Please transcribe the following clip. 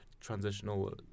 transitional